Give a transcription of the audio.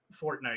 Fortnite